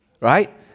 right